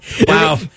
Wow